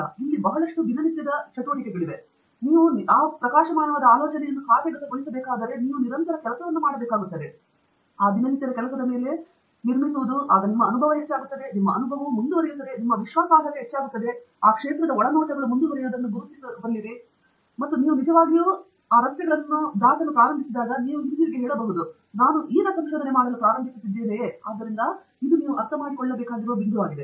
ಇದು ನಡೆಯುತ್ತಿರುವ ಬಹಳಷ್ಟು ದಿನನಿತ್ಯದ ಕೆಲಸವಾಗಿದೆ ನೀವು ನಿರಂತರ ಕೆಲಸವನ್ನು ಮಾಡಬೇಕಾಗುತ್ತದೆ ಮತ್ತು ಆ ದಿನನಿತ್ಯದ ಕೆಲಸದ ಮೇಲೆ ನಿರ್ಮಿಸುವುದು ನಿಮಗೆ ಗೊತ್ತಾ ನಿಮ್ಮ ಅನುಭವ ಹೆಚ್ಚಾಗುತ್ತದೆ ನಿಮ್ಮ ಅನುಭವವು ಮುಂದುವರಿಯುತ್ತದೆ ನಿಮ್ಮ ವಿಶ್ವಾಸಾರ್ಹತೆ ಹೆಚ್ಚಾಗುತ್ತದೆ ಆ ಪ್ರದೇಶದ ಒಳನೋಟಗಳು ಮುಂದುವರೆಯುವುದನ್ನು ಗುರುತಿಸುವುದು ಮತ್ತು ನೀವು ನಿಜವಾಗಿ ಆ ರಸ್ತೆಗಳನ್ನು ತಯಾರಿಸಲು ಪ್ರಾರಂಭಿಸಿದಾಗ ನೀವು ಹಿಂತಿರುಗಿ ಹೇಳಬಹುದು ನಿಮಗೆ ಗೊತ್ತಾ ಈಗ ಸಂಶೋಧನೆ ಮಾಡಲು ಪ್ರಾರಂಭಿಸುತ್ತಿದ್ದ ಆದ್ದರಿಂದ ನೀವು ಅರ್ಥಮಾಡಿಕೊಳ್ಳಬೇಕಾಗಿರುವ ಬಿಂದುವಾಗಿದೆ